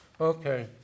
Okay